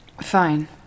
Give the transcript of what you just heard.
Fine